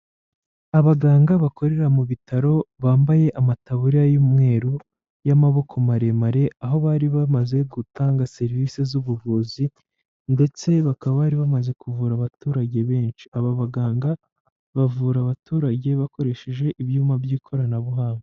Abaganga bakorera mu bitaro bambaye amataburiya y'umweru y'amaboko maremare aho bari bamaze gutanga serivisi z'ubuvuzi ndetse bakaba bari bamaze kuvura abaturage benshi aba baganga bavura abaturage bakoresheje ibyuma by'ikoranabuhanga.